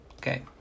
Okay